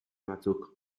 batzuk